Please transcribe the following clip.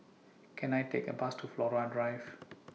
Can I Take A Bus to Flora Drive